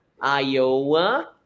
Iowa